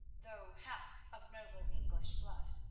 though half of noble english blood.